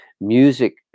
music